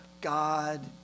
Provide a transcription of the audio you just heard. God